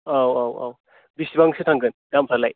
औ औ औ बेसेबांसो थांगोन दामफ्रालाय